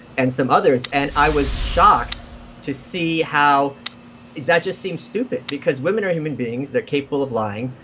and some others, and i was shocked to see how that just seemed stupid, because women are human beings, they're capable of lying.